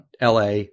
la